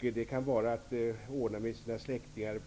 Det kan röra sig om att ordna med kontakter med släktingar